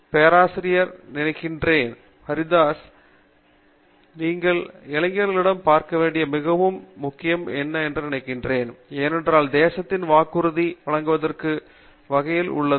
பேராசிரியர் பிரதாப் ஹரிதாஸ் சரி இளைஞர்களிடம் பார்க்க வேண்டியது மிகவும் முக்கியம் என்று நான் நினைக்கிறேன் ஏனென்றால் தேசத்தின் வாக்குறுதி வழங்குவதும் கைகளிலும் உள்ளது